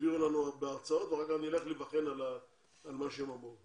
שיסבירו לנו בהרצאות ואחר כך נלך להתבכיין על מה שהם אמרו.